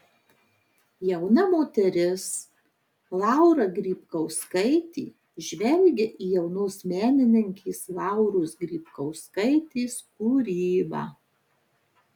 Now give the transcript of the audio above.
jauna moteris laura grybkauskaitė žvelgia į jaunos menininkės lauros grybkauskaitės kūrybą